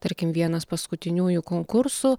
tarkim vienas paskutiniųjų konkursų